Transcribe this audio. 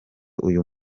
uyu